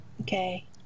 Okay